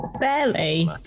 Barely